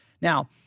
Now